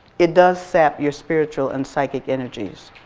it does sap your spiritual and psychic energies.